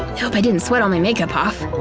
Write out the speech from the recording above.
hope i didn't sweat all my makeup off.